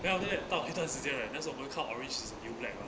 then after that 到一段时间 right 那时候我们看 orange is the new black